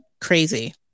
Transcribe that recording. crazy